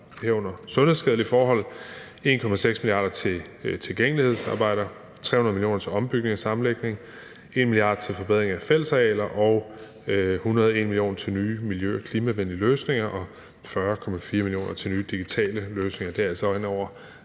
af sundhedsskadelige forhold, at der er 1,6 mia. kr. til tilgængelighedsarbejder, 300 mio. kr. til ombygning og sammenlægning, 1 mia. kr. til forbedring af fællesarealer, 101 mio. kr. til nye miljø- og klimavenlige løsninger og 40,4 mio. kr. til nye digitale løsninger.